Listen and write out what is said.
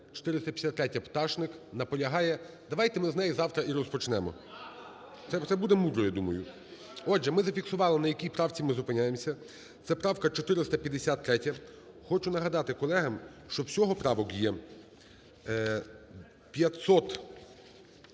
453-я, Пташник. Наполягає. Давайте ми з неї завтра і розпочнемо. Це буде мудро, я думаю. Отже, ми зафіксували, на якій правці ми зупиняємося, це правка 453. Хочу нагадати колегам, що всього правок є 515.